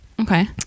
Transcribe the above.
okay